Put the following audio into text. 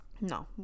no